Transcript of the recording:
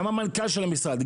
גם המנכ"ל של המשרד,